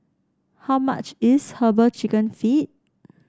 how much is herbal chicken feet